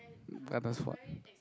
Agnes fault